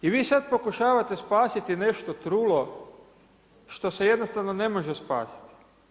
I vi sada pokušavate spasiti nešto trulo što se jednostavno ne može spasiti.